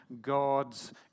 God's